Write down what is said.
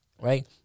right